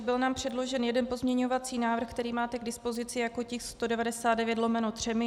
Byl nám předložen jeden pozměňovací návrh, který máte k dispozici jako tisk 199/3.